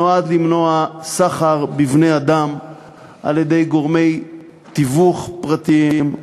נועד למנוע סחר בבני-אדם על-ידי גורמי תיווך פרטיים,